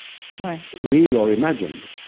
real or imagined,